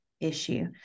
issue